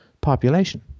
population